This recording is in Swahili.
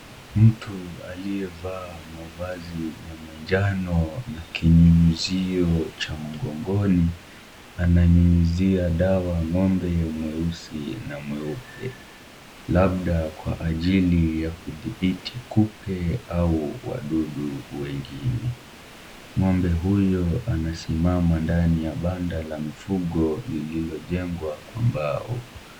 Mtu aliyevaa mavazi ya manjano na kinyunyizio cha mgongoni, ananyunyuzia dawa ng'ombe mweusi na mweupe labda kwa ajili ya kudhibiti kupe au wadudu wengine, ng'ombe huyo anasimama ndani ya banda la mifugo lililojengwa kwa mbao.